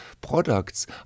products